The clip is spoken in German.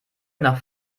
nach